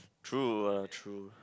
true uh true